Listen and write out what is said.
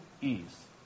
ease